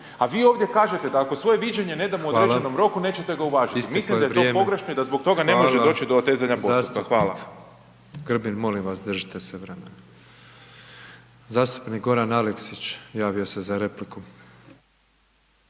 a vi ovdje kažete da ako svoje viđenje ne damo u određenom roku, nećete ga uvažiti, mislim da je to pogrešno i da zbog toga ne može doći do otezanja postupka, hvala. **Petrov, Božo (MOST)** Hvala. Zastupnik Grbin, molim vas, držite se vremena. Zastupnik Goran Aleksić javio se za repliku.